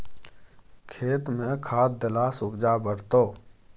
खेतमे खाद देलासँ उपजा बढ़तौ